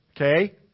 Okay